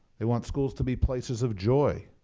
they want schools to be places of joy.